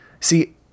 See